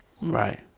right